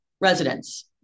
residents